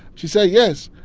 she said, yes.